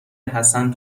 حسن